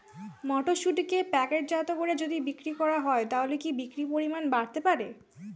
মটরশুটিকে প্যাকেটজাত করে যদি বিক্রি করা হয় তাহলে কি বিক্রি পরিমাণ বাড়তে পারে?